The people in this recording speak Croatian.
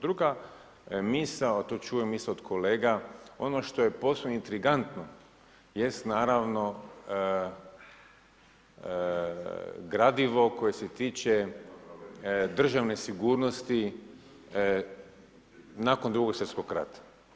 Druga misao, a tu čujem misao od kolega, ono što je posve intrigantno jest naravno gradivo koje se tiče državne sigurnosti nakon II. svjetskog rata.